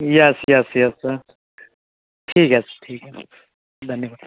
yes yes yes sir ठीक है ठीक है धन्यवाद